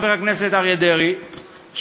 חבר הכנסת אריה דרעי,